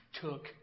took